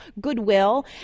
goodwill